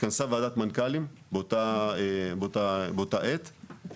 התכנסה ועדת מנכ"לים באותה עת,